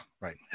right